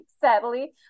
sadly